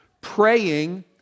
praying